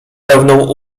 pewną